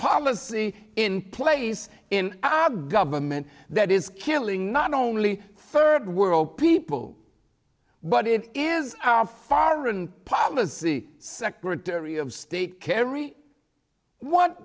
policy in place in our government that is killing not only third world people but it is our foreign policy secretary of state kerry what